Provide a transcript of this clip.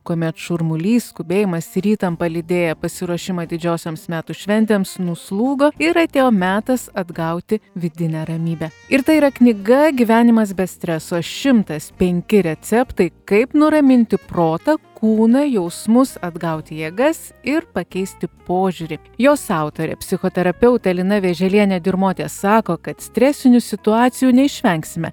kuomet šurmulys skubėjimas ir įtampa lydėję pasiruošimą didžiosioms metų šventėms nuslūgo ir atėjo metas atgauti vidinę ramybę ir tai yra knyga gyvenimas be streso šimtas penki receptai kaip nuraminti protą kūną jausmus atgauti jėgas ir pakeisti požiūrį jos autorė psichoterapeutė lina vėželienėdirmotė sako kad stresinių situacijų neišvengsime